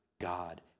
God